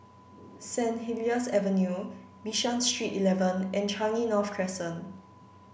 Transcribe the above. Saint Helier's Avenue Bishan Street eleven and Changi North Crescent